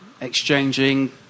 exchanging